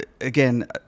again